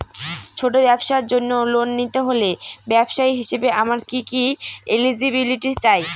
ছোট ব্যবসার জন্য লোন নিতে হলে ব্যবসায়ী হিসেবে আমার কি কি এলিজিবিলিটি চাই?